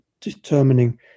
determining